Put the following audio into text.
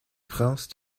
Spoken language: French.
france